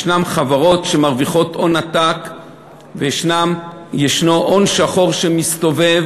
יש חברות שמרוויחות הון עתק ויש הון שחור שמסתובב